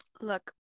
Look